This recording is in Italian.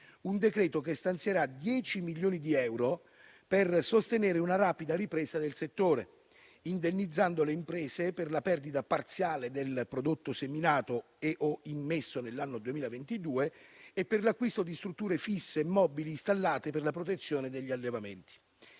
un decreto che stanzierà 10 milioni di euro per sostenere una rapida ripresa del settore, indennizzando le imprese per la perdita parziale del prodotto seminato e/o immesso nell'anno 2022 e per l'acquisto di strutture fisse e mobili installate per la protezione degli allevamenti.